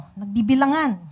nagbibilangan